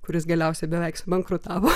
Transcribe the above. kuris galiausiai beveik subankrutavo